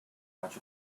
much